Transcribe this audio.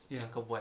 ya